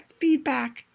feedback